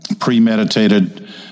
premeditated